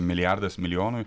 milijardas milijonui